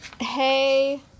Hey